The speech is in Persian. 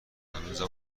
هنوزم